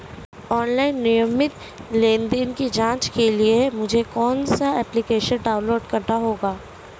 Online नियमित लेनदेन की जांच के लिए मुझे कौनसा एप्लिकेशन डाउनलोड करना होगा?